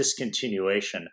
discontinuation